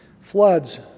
Floods